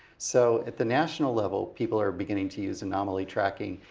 so at the national level, people are beginning to use anomaly tracking.